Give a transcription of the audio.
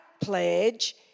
pledge